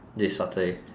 this saturday